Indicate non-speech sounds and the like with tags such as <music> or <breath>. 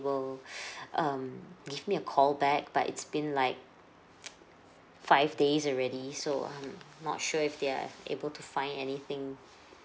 will <breath> um give me a call back but it's been like five days already so um not sure if they're able to find anything